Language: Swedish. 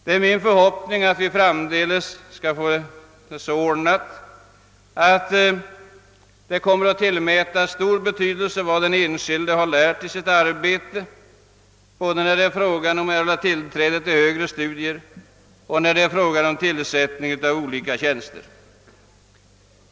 Det är min förhoppning att vad den enskilde lärt under sitt arbete framdeles skall tillmätas stor betydelse både när det gäller tillträde till högre studier och när det gäller tillsättning av olika tjänster.